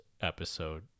episode